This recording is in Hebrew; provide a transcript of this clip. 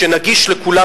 שנגיש לכולם,